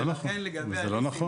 זה לא נכון, זה פשוט לא נכון.